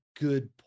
good